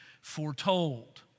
foretold